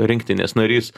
rinktinės narys